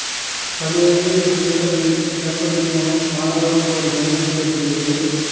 பள்ளிகளிலிலே தொழிற்கல்வி கற்பதன் மூலம் மாணவர்களுக்கு ஒரு நம்பிக்கை ஏற்படுகிறது